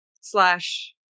slash